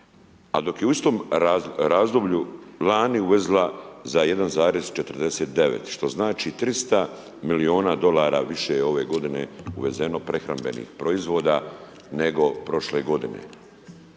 a dok je u istom razdoblju lani uvezla za 1,49, što znači 300 milijuna USA više ove godine je uvezeno prehrambenih proizvoda, nego prošle godine.